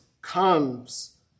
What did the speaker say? comes